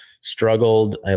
struggled